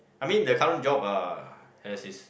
I mean the current job uh has it's